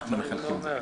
אנחנו מחלקים.